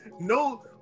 No